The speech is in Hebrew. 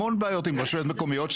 המון בעיות עם רשויות מקומיות.